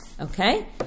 Okay